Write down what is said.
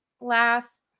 last